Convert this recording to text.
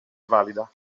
valida